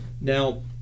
now